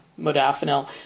modafinil